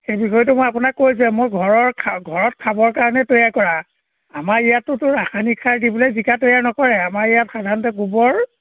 সেই বিষয়টো মই আপোনাক কৈছোঁৱেই মোৰ ঘৰৰ খা ঘৰত খাবৰ কাৰণে তৈয়াৰ কৰা আমাৰ ইয়াততোতো ৰাসায়নিক সাৰ দি পেলাই জিকা তৈয়াৰ নকৰে আমাৰ ইয়াত সাধাৰণতে গোবৰ